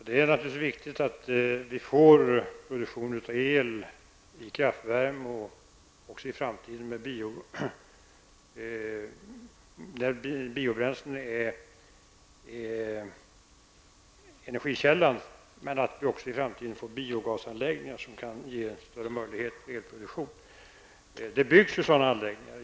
Herr talman! Det är naturligtvis viktigt att vi också i framtiden får produktion av el i kraftvärmeverk med biobränslen som energikälla liksom också att vi får biogasanläggningar som kan ge större möjligheter till elproduktion. Det byggs ju sådana anläggningar.